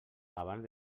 abans